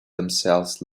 themselves